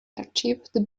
achieved